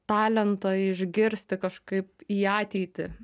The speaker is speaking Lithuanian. talentą išgirsti kažkaip į ateitį